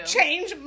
Change